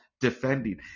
defending